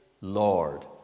Lord